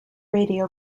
radio